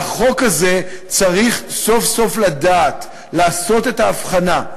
והחוק הזה צריך סוף-סוף לדעת לעשות את ההבחנה.